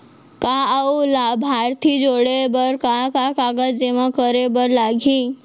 एक अऊ लाभार्थी जोड़े बर का का कागज जेमा करे बर लागही?